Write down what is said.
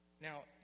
Now